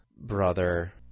brother